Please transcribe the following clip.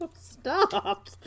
Stop